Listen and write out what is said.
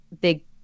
big